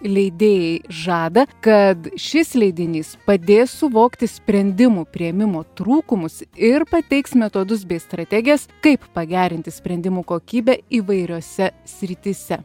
leidėjai žada kad šis leidinys padės suvokti sprendimų priėmimo trūkumus ir pateiks metodus bei strategijas kaip pagerinti sprendimų kokybę įvairiose srityse